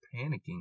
panicking